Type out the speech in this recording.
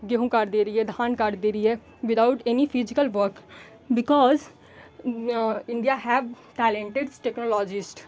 गेहूँ काट दे रही है धान काट दे रही है without any physical work because India have talented technologist